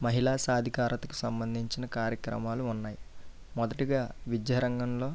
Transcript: మహిళా సాధికారతకు సంబంధించిన కార్యక్రమాలు ఉన్నాయి మొదటిగా విద్యారంగంలో